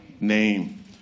name